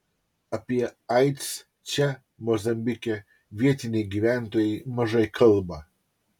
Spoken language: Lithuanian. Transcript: apie aids čia mozambike vietiniai gyventojai mažai kalba